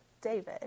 David